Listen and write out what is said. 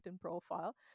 profile